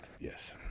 yes